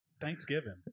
Thanksgiving